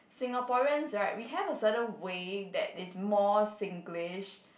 Singaporeans right we have a certain way that is more Singlish